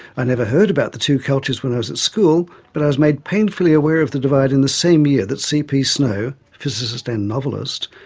i never heard about the two cultures when i was at school, but i was made painfully aware of the divide in the same year that c. p. snow, physicist and novelist,